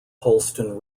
holston